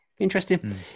Interesting